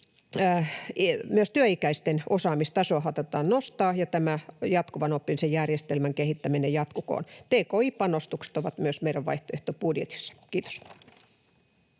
Myös työikäisten osaamistasoa halutaan nostaa, ja tämä jatkuvan oppimisen järjestelmän kehittäminen jatkukoon. Tki-panostukset ovat myös meidän vaihtoehtobudjetissamme. — Kiitos.